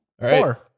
Four